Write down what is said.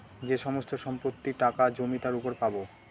যে সমস্ত সম্পত্তি, টাকা, জমি তার উপর পাবো